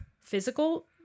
physical